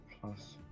plus